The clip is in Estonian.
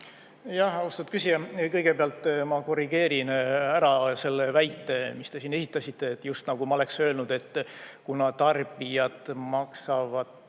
Austatud küsija! Kõigepealt ma korrigeerin ära selle väite, mis te siin esitasite, just nagu ma oleks öelnud, et kuna tarbijad maksavad